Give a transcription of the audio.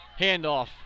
Handoff